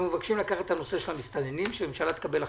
את נושא המסתננים, שהממשלה תקבל החלטה.